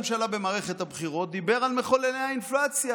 במערכת הבחירות ראש הממשלה דיבר על מחוללי האינפלציה,